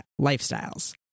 lifestyles